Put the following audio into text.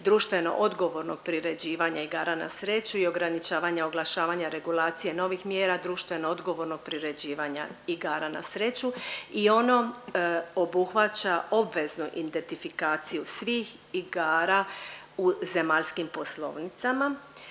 društveno odgovornog priređivanja igara na sreću i ograničavanje oglašavanja regulacije novih mjera društveno odgovornog priređivanja igara na sreću i ono obuhvaća obvezno identifikaciju svih igara u zemaljskim poslovnicama,